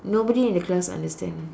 nobody in the class understand